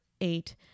eight